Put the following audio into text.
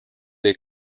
des